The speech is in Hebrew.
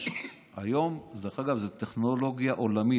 זאת טכנולוגיה עולמית,